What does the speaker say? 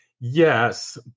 yes